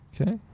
Okay